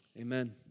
Amen